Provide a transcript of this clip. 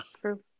True